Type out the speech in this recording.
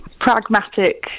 pragmatic